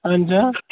اَہَن حظ آ